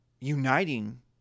uniting